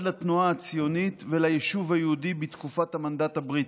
לתנועה הציונית וליישוב היהודי בתקופת המנדט הבריטי.